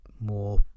more